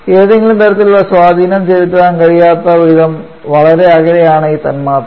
ഏതെങ്കിലും തരത്തിലുള്ള സ്വാധീനം ചെലുത്താൻ കഴിയാത്തവണ്ണം വളരെ അകലെയാണ് ഈ തന്മാത്രകൾ